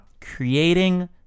creating